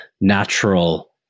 natural